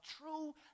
true